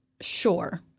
Sure